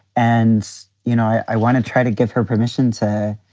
and, you know, i want to try to give her permission to,